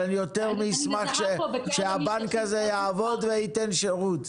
אבל אני יותר מאשמח שהבנק הזה יעבוד וייתן שירות.